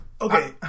Okay